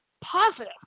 positive